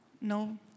No